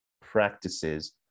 practices